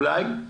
אולי.